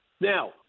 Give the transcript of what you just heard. Now